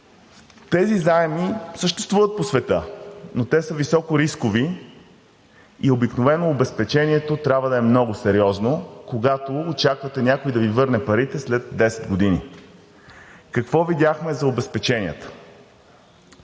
Тези заеми съществуват по света, но те са високорискови и обикновено обезпечението трябва да е много сериозно, когато очаквате някой да ви върне парите след 10 години. Какво видяхме за обезпеченията?